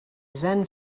zen